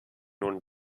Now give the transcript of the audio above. nun